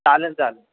चालेल चालेल